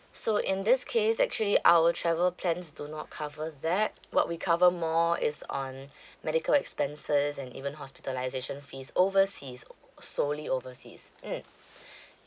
so in this case actually our travel plans do not cover that what we cover more is on medical expenses and even hospitalisation fees overseas so only overseas mmhmm